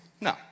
No